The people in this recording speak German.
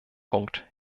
punkt